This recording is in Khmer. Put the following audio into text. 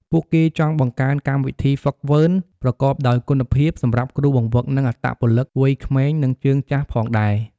ពួកគេចង់បង្កើនកម្មវិធីហ្វឹកហ្វឺនប្រកបដោយគុណភាពសម្រាប់គ្រូបង្វឹក និងអត្តពលិកវ័យក្មេង និងជើងចាស់ផងដែរ។